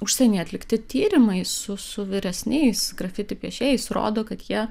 užsienyje atlikti tyrimai su su vyresniais grafiti piešėjais rodo kad jie